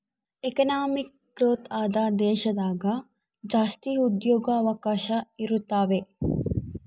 economic growth ಆದ ದೇಶದಾಗ ಜಾಸ್ತಿ ಉದ್ಯೋಗವಕಾಶ ಇರುತಾವೆ